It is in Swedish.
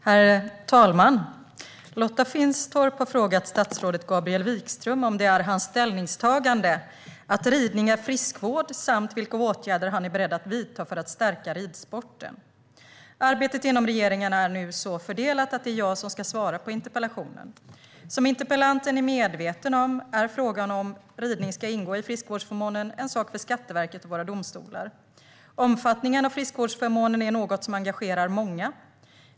Herr talman! Lotta Finstorp har frågat statsrådet Gabriel Wikström om hans ställningstagande är att ridning är friskvård samt vilka åtgärder han är beredd att vidta för att stärka ridsporten. Arbetet inom regeringen är nu så fördelat att det är jag som ska svara på interpellationen. Som interpellanten är medveten om är frågan om ridning ska ingå i friskvårdsförmånen en sak för Skatteverket och våra domstolar. Omfattningen av friskvårdsförmånen är något som engagerar många.